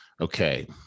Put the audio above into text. Okay